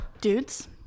dudes